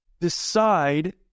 decide